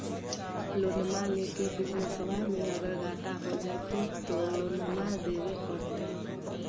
लोनमा लेके बिजनसबा मे अगर घाटा हो जयते तो लोनमा देवे परते?